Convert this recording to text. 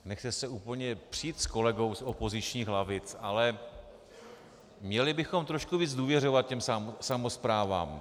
Nechci se úplně přít s kolegou z opozičních lavic, ale měli bychom trošku více důvěřovat těm samosprávám.